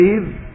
believe